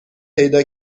پیدا